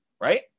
right